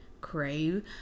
crave